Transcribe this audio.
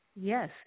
Yes